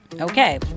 Okay